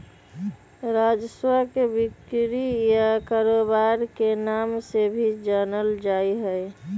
राजस्व के बिक्री या कारोबार के नाम से भी जानल जा हई